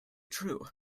true